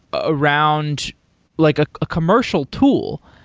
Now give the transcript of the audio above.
ah around like a commercial tool.